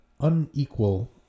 unequal